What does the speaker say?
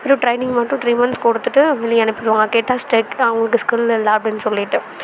வெறும் ட்ரெய்னிங் மட்டும் three months கொடுத்துட்டு வெளியே அனுப்பிருவாங்க கேட்டால் ஸ்டெக்ட் அவங்களுக்கு ஸ்கில் இல்லை அப்படினு சொல்லிவிட்டு